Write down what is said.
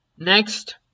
Next